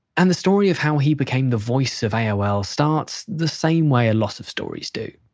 and the story of how he became the voice of aol starts the same way a lot of stories do.